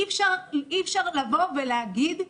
אי אפשר לבוא ולהגיד,